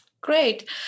great